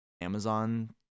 Amazon